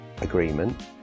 agreement